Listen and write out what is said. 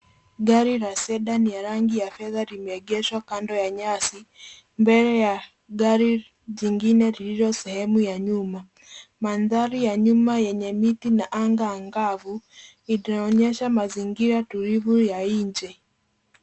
Gari la sedan la rangi ya fedha limeegeshwa kando ya nyasi, mbeke ya gari jingine lililo sehemu ya nyuma. Mandari ya nyuma yenye miti na anga angavu inaonyesha mazingira tulivu ya nje.